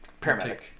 Paramedic